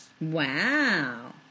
Wow